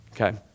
Okay